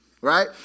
right